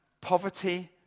poverty